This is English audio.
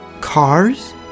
Cars